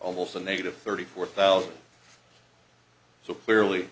almost a negative thirty four thousand so clearly